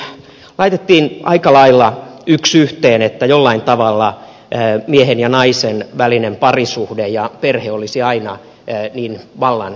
tässä laitettiin aika lailla yksi yhteen että jollain tavalla miehen ja naisen välinen parisuhde ja perhe olisivat aina niin vallan erinomaisia